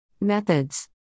Methods